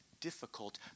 difficult